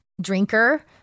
drinker